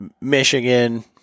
Michigan